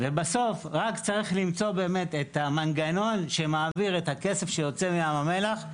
ובסוף רק צריך למצוא באמת את המנגנון שמעביר את הכסף שיוצא מים המלח,